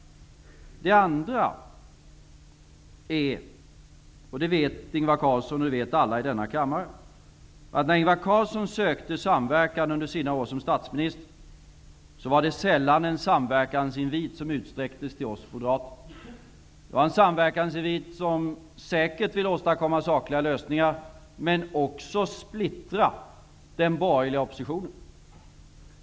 Den andra aspekten är att när Ingvar Carlsson sökte samverkan under sina år som statsminister, var det sällan en samverkansinvit som utsträcktes till oss moderater. Det vet Ingvar Carlsson och alla i denna kammare. Det var en invit till samverkan, säkert för att åstadkomma sakliga lösningar men också för att splittra den borgerliga oppositionen.